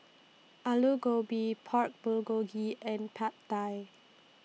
Alu Gobi Pork Bulgogi and Pad Thai